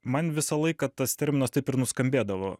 man visą laiką tas terminas taip ir nuskambėdavo